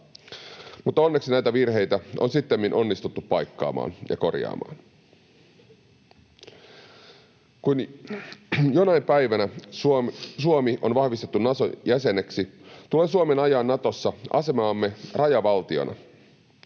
mutta onneksi näitä virheitä on sittemmin onnistuttu paikkaamaan ja korjaamaan. Kun jonain päivänä Suomi on vahvistettu Naton jäseneksi, tulee Suomen ajaa Natossa asemaamme rajavaltiona.